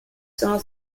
sono